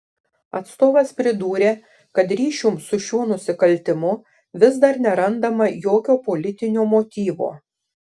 atstovas pridūrė kad ryšium su šiuo nusikaltimu vis dar nerandama jokio politinio motyvo